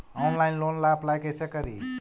Online loan ला apply कैसे करी?